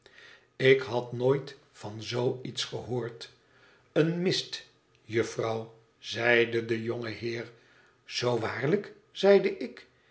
ik had nooit van zoo iets gehoord een mist jufvrouw zeide de jonge heer zoo waarlijk zeide ik